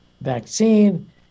vaccine